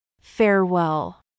Farewell